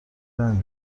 رنج